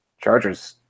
Chargers